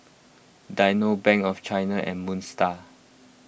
Dynamo Bank of China and Moon Star